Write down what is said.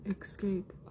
escape